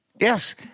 yes